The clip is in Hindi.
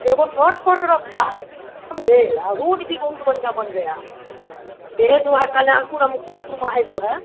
एगो शॉर्टकट रास्ता है समझें आ रूट भी बहुत बढ़िया बन गया है ईहे जो है कल्याणपुर आ मुक्तापुर में है जो है